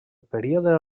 període